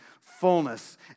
fullness